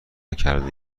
نکرده